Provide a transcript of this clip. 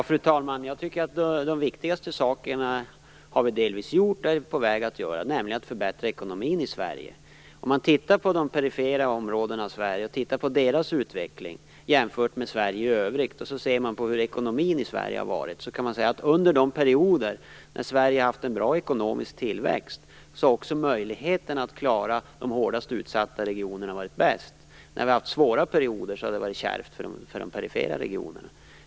Fru talman! Det viktigaste tycker jag att vi delvis har gjort och är på väg att göra, nämligen att förbättra ekonomin i Sverige. Om man ser på de perifera områdena i Sverige och deras utveckling jämfört med Sverige i övrigt, och ser på hur ekonomin i Sverige har varit, finner man att under de perioder då Sverige har haft en bra ekonomisk tillväxt har också möjligheten att klara de hårdast utsatta regionerna varit bäst. När vi har haft svåra perioder har det varit kärvt för de perifera regionerna.